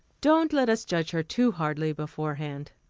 don't let us judge her too hardly beforehand.